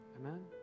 Amen